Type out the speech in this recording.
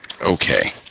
Okay